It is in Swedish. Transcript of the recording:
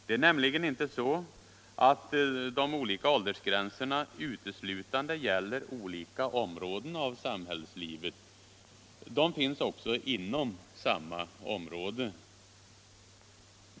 De olika åldersgränserna gäller nämligen inte uteslutande olika områden av samhällslivet. De finns också inom samma område.